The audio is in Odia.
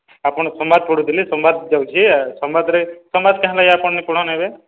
ଆପଣ୍ ସମ୍ବାଦ୍ ପଢ଼ୁଥିଲି ସମ୍ବାଦ୍ ଯାଉଛେ ସମ୍ବାଦ୍ରେ ସମ୍ବାଦ୍ କାଁ ହେଲା ଯେ ଆପଣ୍ ନି ପଢ଼ନ୍ ଏବେ